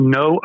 no